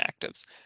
actives